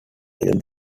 film